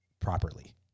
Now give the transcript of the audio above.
properly